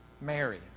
Mary